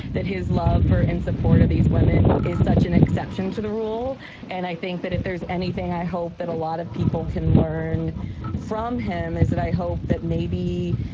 that his love for in support of these women is such an exception to the rule and i think that if there's anything i hope that a lot of people can learn from him is that i hope that maybe,